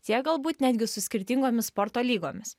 tiek galbūt netgi su skirtingomis sporto lygomis